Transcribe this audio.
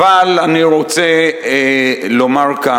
אנחנו על הקו שלכם, אבל אני רוצה לומר כך.